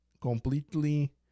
completely